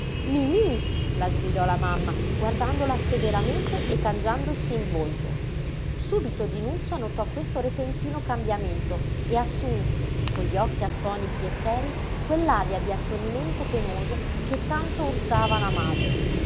mimí la sgridò la mamma guardandola severamente e cangiandosi in volto subito dinuccia notò questo repentino cambiamento e assunse con gli occhi attoniti e serii quell'aria di attonimento penoso che tanto urtava la madre